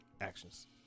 actions